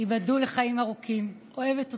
ייבדלו לחיים ארוכים, אוהבת אתכם,